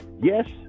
Yes